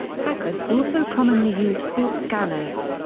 hackers also commonly use port scanners.